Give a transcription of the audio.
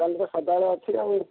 କାଲି ତ ସଦାବେଳେ ଅଛି ଆଉ